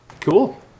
Cool